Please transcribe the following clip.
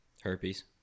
Herpes